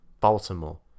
Baltimore